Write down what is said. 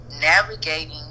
navigating